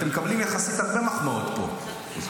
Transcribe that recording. אתם מקבלים פה יחסית הרבה מחמאות, יחסית.